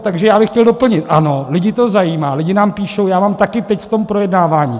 Takže já bych chtěl doplnit, ano, lidi to zajímá, lidi nám píšou, já mám taky teď, v tom projednávání.